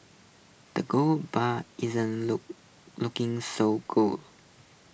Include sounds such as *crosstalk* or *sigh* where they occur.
the golden *unintelligible* isn't look looking so golden